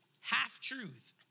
half-truth